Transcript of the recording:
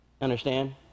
understand